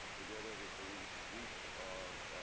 together, there's a real suite of